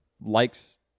likes